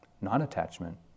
non-attachment